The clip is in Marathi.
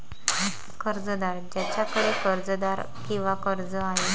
कर्जदार ज्याच्याकडे कर्जदार किंवा कर्ज आहे